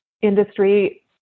industry